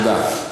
תודה.